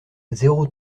zéro